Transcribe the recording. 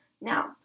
Now